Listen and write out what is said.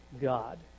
God